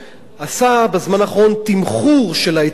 עשה בזמן האחרון תמחור של העצים.